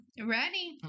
Ready